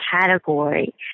category